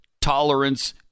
tolerance